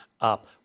up